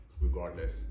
regardless